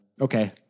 Okay